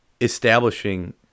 establishing